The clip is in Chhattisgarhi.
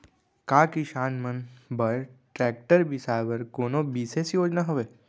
का किसान मन बर ट्रैक्टर बिसाय बर कोनो बिशेष योजना हवे?